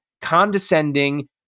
condescending